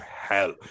hell